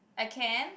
I can